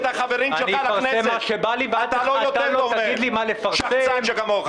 אתה לא מנהל בית ספר ואתה לא יושב ראש הכנסת.